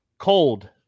Cold